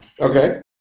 Okay